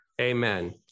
Amen